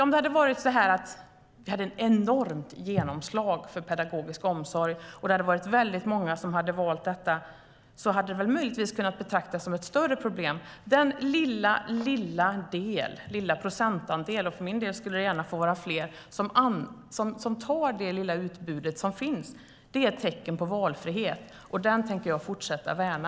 Om det hade varit så att vi hade haft ett enormt genomslag för pedagogisk omsorg och det hade varit väldigt många som hade valt detta hade det möjligtvis kunnat betraktas som ett större problem. Men den lilla, lilla procentandel - för min del skulle det gärna få vara fler - som tar det lilla utbud som finns är tecken på valfrihet. Den tänker jag fortsätta att värna.